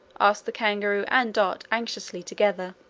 asked the kangaroo and dot anxiously, together.